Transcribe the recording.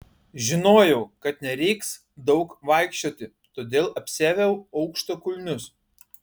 žinojau kad nereiks daug vaikščioti todėl apsiaviau aukštakulnius